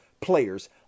Players